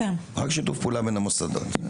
רק שיתוף פעולה בין המוסדות.